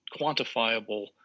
quantifiable